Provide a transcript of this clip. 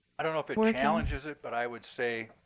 i don't know if it challenges it, but i would say,